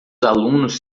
alunos